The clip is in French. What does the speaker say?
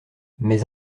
mais